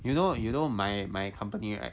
you know you know my my company right